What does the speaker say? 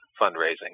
fundraising –